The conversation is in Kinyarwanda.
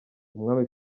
umwami